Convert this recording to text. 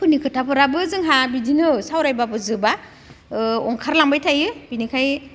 फोरनि खोथाफोराबो जोंहा बिदिनो सावरायबाबो जोबा ओंखारलांबाय थायो बेनिखायनो